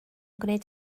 gwneud